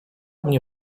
mnie